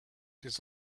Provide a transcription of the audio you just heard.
des